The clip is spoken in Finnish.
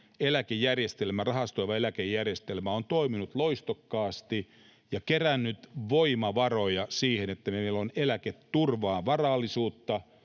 rahastoiva eläkejärjestelmä on toiminut loistokkaasti ja kerännyt voimavaroja siihen, että meillä on eläketurvaan varallisuutta